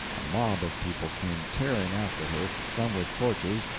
a mob of people came tearing after her, some with torches,